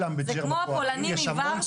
אתה לא מגן --- מי נגד?